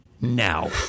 now